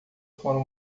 foram